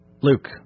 Luke